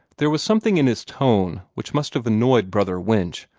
there was something in his tone which must have annoyed brother winch,